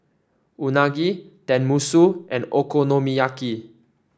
Unagi Tenmusu and Okonomiyaki